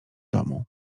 domu